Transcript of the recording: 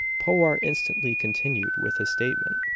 powart instantly continued with his statement